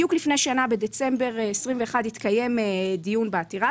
בדיוק לפני שנה, בדצמבר 2021, התקיים דיון בעתירה.